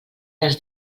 les